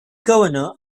governor